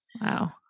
Wow